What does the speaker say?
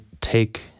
take